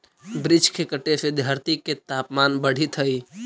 वृक्ष के कटे से धरती के तपमान बढ़ित हइ